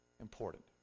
Important